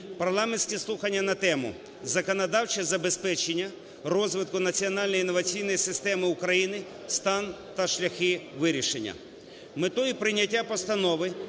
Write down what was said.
парламентські слухання на тему: "Законодавче забезпечення розвитку національної інноваційної системи України: стан та шляхи вирішення".